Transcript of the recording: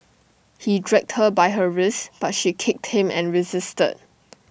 he dragged her by her wrists but she kicked him and resisted